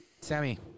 Sammy